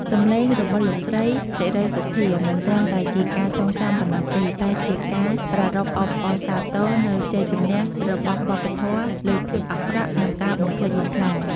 សំឡេងរបស់លោកស្រី សេរីសុទ្ធា មិនត្រឹមតែជាការចងចាំប៉ុណ្ណោះទេ តែជា ការប្រារព្ធអបអរសាទរនូវជ័យជំនះរបស់វប្បធម៌ លើភាពអាក្រក់ និងការបំផ្លិចបំផ្លាញ។